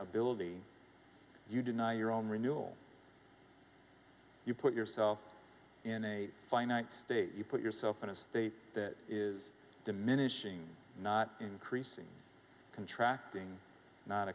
building you deny your own renewal you put yourself in a finite state you put yourself in a state that is diminishing not increasing contracting not